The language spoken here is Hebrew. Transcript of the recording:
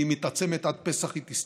היא מתעצמת, ועד פסח היא תסתיים.